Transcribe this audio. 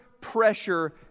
pressure